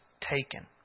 taken